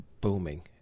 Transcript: booming